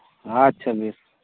ᱟᱪᱪᱷᱟ ᱵᱮᱥ